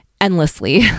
endlessly